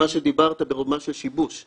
או שיש פער בהבנה של המגזר בין כמה הוא פגיע באמת.